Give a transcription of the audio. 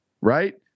right